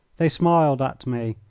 they smiled at me.